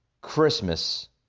Christmas